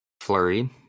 Flurry